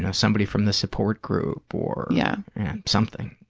and somebody from the support group or yeah something.